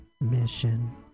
mission